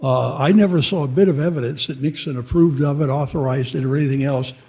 i never saw a bit of evidence that nixon approved of it, authorized it, or anything else,